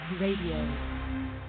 Radio